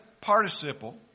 participle